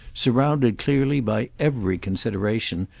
surrounded clearly by every consideration,